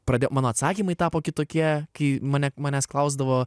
pradėjau mano atsakymai tapo kitokie kai mane manęs klausdavo